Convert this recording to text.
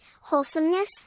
wholesomeness